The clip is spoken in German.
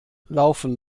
laufen